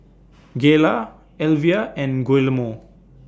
Gayla Elvia and Guillermo